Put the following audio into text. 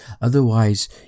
otherwise